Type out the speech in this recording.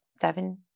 seven